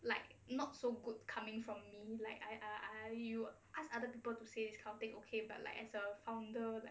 like not so good coming from me like I I you ask other people to say it's kind of thing okay but like as a founder